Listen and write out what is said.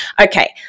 Okay